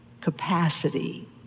capacity